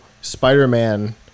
Spider-Man